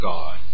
God